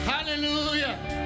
Hallelujah